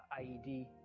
IED